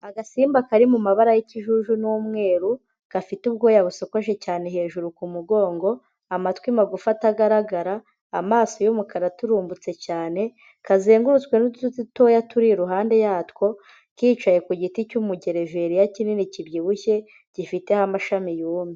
Agasimba kari mu mabara y'ikijuju n'umweru, gafite ubwoya busokoje cyane hejuru ku mugongo, amatwi magufi atagaragara, amaso y'umukara aturumbutse cyane, kazengurutswe n'uduti dutoya turi iruhande yatwo, kicaye ku giti cy'umugereveriya kinini kibyibushye gifiteho amashami yumye.